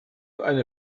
eine